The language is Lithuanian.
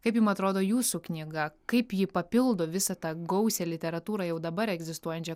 kaip jum atrodo jūsų knyga kaip ji papildo visą tą gausią literatūrą jau dabar egzistuojančią